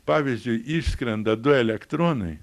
pavyzdžiui išskrenda du elektronai